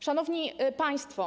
Szanowni Państwo!